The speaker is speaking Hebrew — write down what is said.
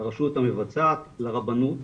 לרשות המבצעת, לרבנות.